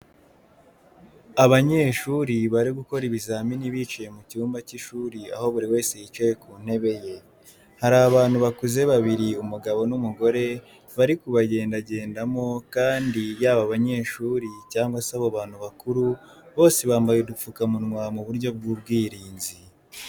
Abanyeshuri bari gukora ibizamini bicaye mu cyumba cy'ishuri aho buri wese yicaye ku ntebe ye. Hari abantu bakuze babiri umugabo n'umugore bari kubagendagendamo kandi yaba abanyeshuro cyangwa abo bantu bakuru bose bambaye udupfukamunwa mu buryo bw'ubwirinzi.